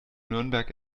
nürnberg